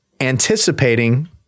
anticipating